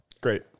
Great